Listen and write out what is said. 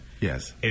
Yes